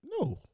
No